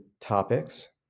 topics